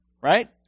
right